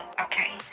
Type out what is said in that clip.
Okay